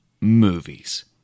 Movies